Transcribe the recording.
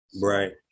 Right